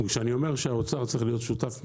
וכשאני אומר שהאוצר צריך להיות שותף מלא,